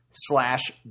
slash